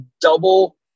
double